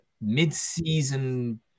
mid-season